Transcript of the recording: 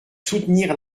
soutenir